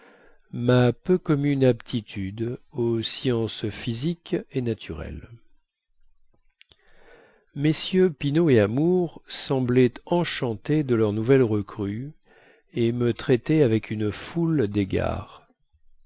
ma peu commune aptitude aux sciences physiques et naturelles mm pinaud et amour semblaient enchantés de leur nouvelle recrue et me traitaient avec une foule dégards